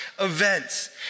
events